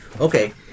Okay